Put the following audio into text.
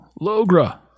logra